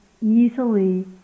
easily